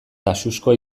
taxuzko